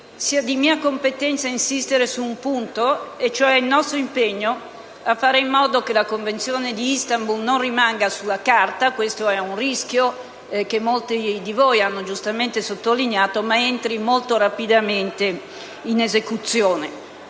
sia di mia competenza insistere su un punto: il nostro impegno affinché la Convenzione di Istanbul non rimanga sulla carta (un rischio che molti di voi hanno giustamente sottolineato), ma entri rapidamente in esecuzione.